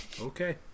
Okay